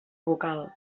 vocal